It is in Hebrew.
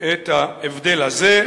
את ההבדל הזה,